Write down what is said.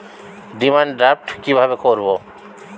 Demand draft কীভাবে করব?